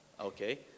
okay